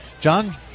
John